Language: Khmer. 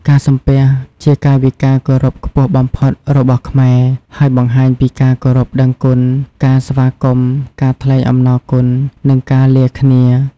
ការសំពះ ជាកាយវិការគោរពខ្ពស់បំផុតរបស់ខ្មែរ ហើយបង្ហាញពីការគោរពដឹងគុណ ការស្វាគមន៍ ការថ្លែងអំណរគុណ និងការលាគ្នា។